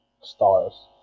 stars